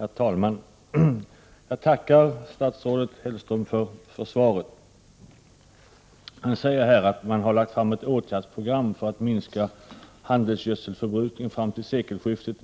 Herr talman! Jag tackar statsrådet Hellström för svaret. Statsrådet säger här att man har lagt fram ett åtgärdsprogram för att minska förbrukningen av handelsgödsel med 20 9 fram till sekelskiftet.